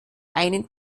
einen